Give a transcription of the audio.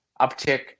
uptick